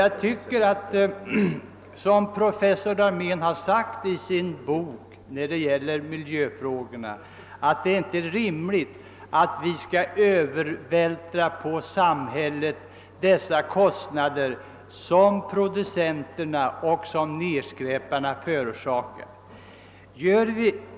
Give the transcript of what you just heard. Jag instämmer med professor Dahmén, som i sin bok om miljöfrågorna har sagt att det inte är rimligt att på samhället övervältra de kostnader som producenterna och nedskräparna förorsakar.